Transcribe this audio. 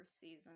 season